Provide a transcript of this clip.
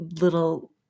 little